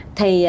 Thì